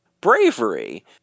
bravery